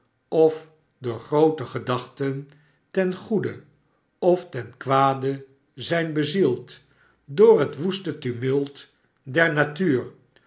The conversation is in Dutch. of door groote gedachten ten goede of ten kwade zijn bezield door het woeste tumult der natuur